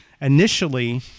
initially